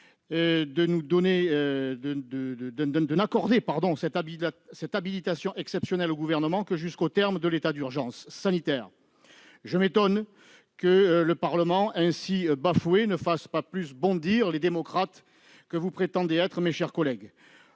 de n'accorder cette habilitation exceptionnelle que jusqu'au terme de l'état d'urgence sanitaire. Je m'étonne que le fait de bafouer ainsi le Parlement ne fasse pas plus bondir les démocrates que vous prétendez être, mes chers collègues